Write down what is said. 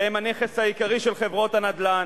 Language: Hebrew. שהן הנכס העיקרי של חברות הנדל"ן,